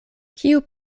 kiu